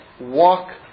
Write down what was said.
walk